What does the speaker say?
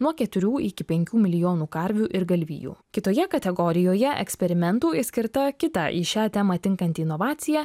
nuo keturių iki penkių milijonų karvių ir galvijų kitoje kategorijoje eksperimentų išskirta kita į šią temą tinkanti inovacija